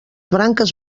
branques